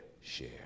share